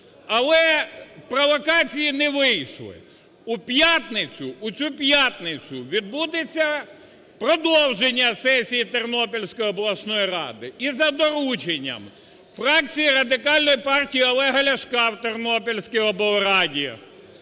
але провокації не вийшли. У п'ятницю, у цю п'ятницю відбудеться продовження сесії Тернопільської обласної ради. І за дорученням фракції Радикальної партії Олега Ляшка в Тернопільській облраді,